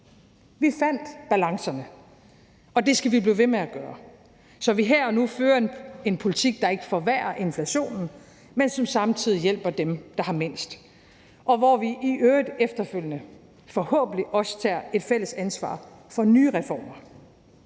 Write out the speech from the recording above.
Vi fandt balancerne, og det skal vi blive ved med at gøre, så vi her og nu fører en politik, der ikke forværrer inflationen, men som samtidig hjælper dem, der har mindst – og hvor vi i øvrigt efterfølgende forhåbentlig også tager et fælles ansvar for nye reformer.